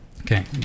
Okay